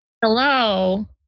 Hello